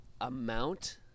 amount